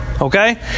Okay